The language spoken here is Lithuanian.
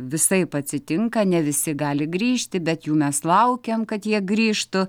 visaip atsitinka ne visi gali grįžti bet jų mes laukiam kad jie grįžtų